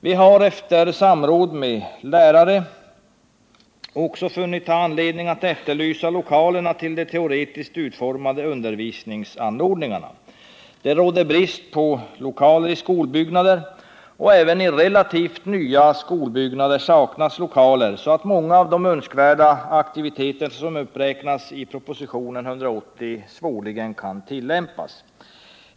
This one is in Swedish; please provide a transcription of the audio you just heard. Vi har efter samråd med lärare också funnit anledning att efterlysa lokalerna till de teoretiskt utformade undervisningsanordningarna. Det råder brist på lokaler i skolbyggnader, och även i relativt nya skolbyggnader saknas lokaler för att många av de önskvärda aktiviteter som uppräknas i proposition 180 skall kunna tillämpas.